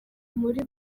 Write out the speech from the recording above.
buri